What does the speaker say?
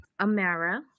Amara